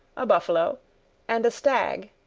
a buffalo and a stag.